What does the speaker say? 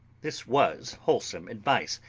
this was wholesome advice,